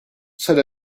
said